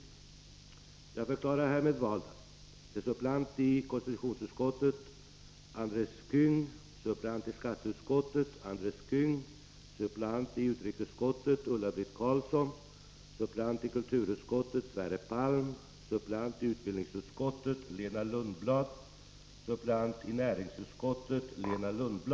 Andre vice talmannen förklarade valda till suppleant i konstitutionsutskottet Andres Käng suppleant i skatteutskottet Andres Käng suppleant i utrikesutskottet Ulla-Britt Carlsson suppleant i kulturutskottet Sverre Palm suppleant i utbildningsutskottet 4